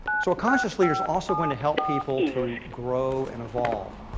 so a conscious leader is also going to help people to grow and evolve.